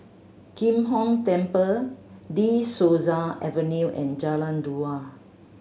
Kim Hong Temple De Souza Avenue and Jalan Dua